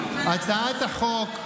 זה מה שאתה חושב עלינו?